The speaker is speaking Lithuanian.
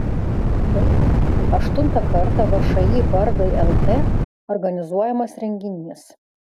tai aštuntą kartą všį bardai lt organizuojamas renginys